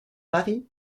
paris